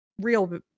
real